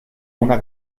una